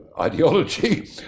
ideology